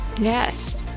Yes